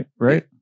right